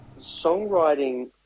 songwriting